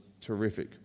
terrific